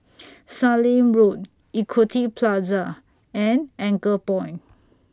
Sallim Road Equity Plaza and Anchorpoint